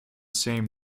same